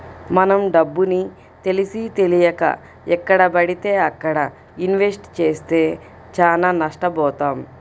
మనం డబ్బుని తెలిసీతెలియక ఎక్కడబడితే అక్కడ ఇన్వెస్ట్ చేస్తే చానా నష్టబోతాం